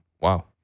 Wow